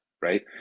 right